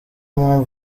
mpamvu